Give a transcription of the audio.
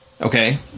Okay